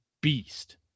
beast